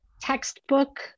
textbook